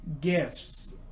gifts